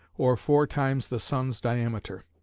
or four times the sun's diameter.